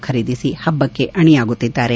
ಖರೀದಿಸಿ ಹಬ್ಲಕ್ಕೆ ಅಣಿಯಾಗುತ್ತಿದ್ದಾರೆ